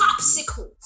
Popsicles